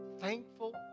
thankful